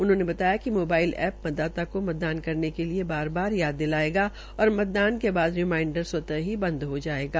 उन्होंने बताया कि मोबाइल ऐप मतदाता को मतदान करने के लिए बार बार याद दिलाएगा और मतदान के बाद रिमाईडर स्वतः ही बंद हो जाएगा